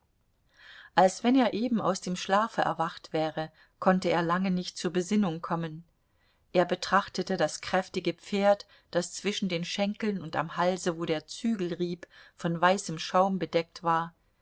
als wenn er eben aus dem schlafe erwacht wäre konnte er lange nicht zur besinnung kommen er betrachtete das kräftige pferd das zwischen den schenkeln und am halse wo der zügel rieb von weißem schaum bedeckt war